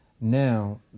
Now